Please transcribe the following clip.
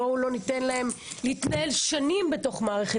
בואו לא ניתן להם להתנהל שנים בתוך מערכת